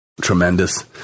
tremendous